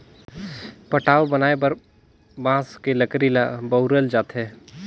पटाव बनाये बर बांस के लकरी ल बउरल जाथे